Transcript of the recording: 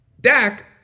Dak